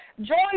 join